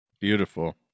Beautiful